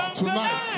tonight